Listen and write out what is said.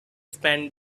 spent